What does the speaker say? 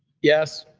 yes.